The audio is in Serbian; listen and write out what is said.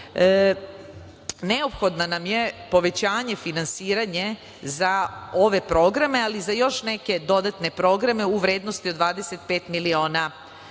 nam je povećano finansiranje za ove programe, ali i za još neke dodatne programe u vrednosti od 25 miliona